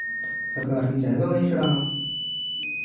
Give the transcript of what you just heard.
सरकार कि चाहिदा उ'नें गी छड़ाना